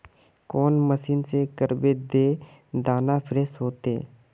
कौन मशीन से करबे जे दाना फ्रेस होते?